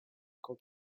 quand